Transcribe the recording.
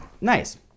Nice